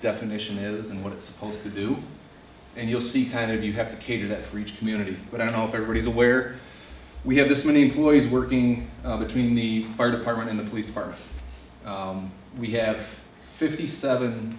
definition is and what it's supposed to do and you'll see kind of you have to cater that for each community but i don't know if everybody's aware we have this many lawyers working between the fire department and the police department we have fifty seven